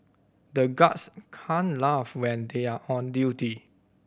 the guards can't laugh when they are on duty